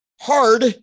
hard